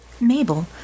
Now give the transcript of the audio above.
Mabel